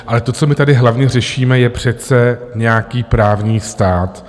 Ale to, co my tady hlavně řešíme, je přece nějaký právní stát.